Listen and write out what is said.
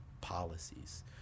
policies